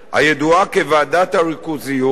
הידועה כוועדת הריכוזיות,